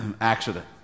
accident